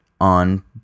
on